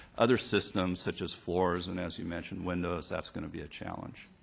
other systems, such as floors and as you mentioned windows, that's going to be a challenge.